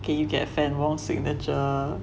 can you get fann wong signature